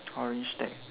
orange deck